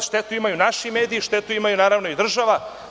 Štetu imaju naši mediji, štetu ima i država.